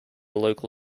local